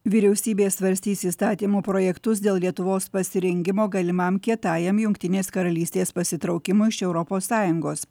vyriausybė svarstys įstatymų projektus dėl lietuvos pasirengimo galimam kietajam jungtinės karalystės pasitraukimo iš europos sąjungos